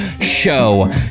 show